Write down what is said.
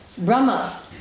Brahma